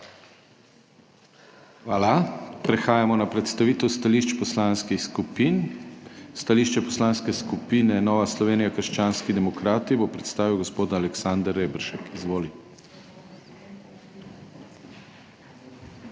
Hvala. Prehajamo na predstavitev stališč poslanskih skupin. Stališče Poslanske skupine Nova Slovenija – krščanski demokrati bo predstavil gospod Aleksander Reberšek. Izvoli.